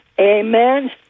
Amen